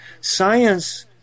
science